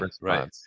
right